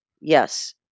yes